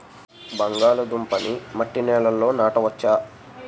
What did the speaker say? బంగాళదుంప నీ మట్టి నేలల్లో నాట వచ్చా?